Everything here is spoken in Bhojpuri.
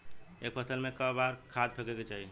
एक फसल में क बार खाद फेके के चाही?